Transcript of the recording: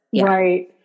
Right